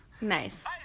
Nice